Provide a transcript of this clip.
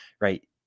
Right